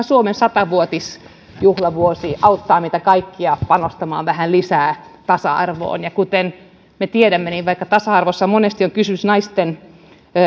suomen sata vuotisjuhlavuosi auttaa meitä kaikkia panostamaan vähän lisää tasa arvoon kuten me tiedämme niin vaikka tasa arvossa monesti on kysymys naisten